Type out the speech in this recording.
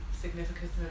significance